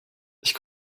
ich